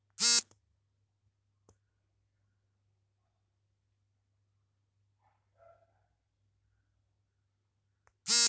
China ದೇಶವು ಭತ್ತ ಮತ್ತು ಅಕ್ಕಿ ಉತ್ಪಾದನೆಯಲ್ಲಿ ಮೊದಲನೇ ಸ್ಥಾನದಲ್ಲಿದೆ